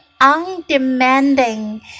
undemanding